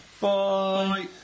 Bye